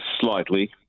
Slightly